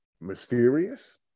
mysterious